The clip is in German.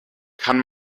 kann